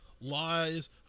Lies